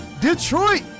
Detroit